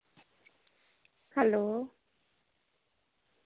hello